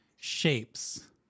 shapes